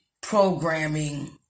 programming